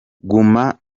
guma